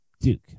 Duke